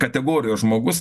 kategorijos žmogus